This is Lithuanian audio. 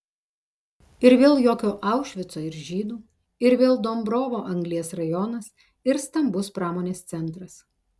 ir vėl jokio aušvico ir žydų ir vėl dombrovo anglies rajonas ir stambus pramonės centras